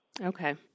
Okay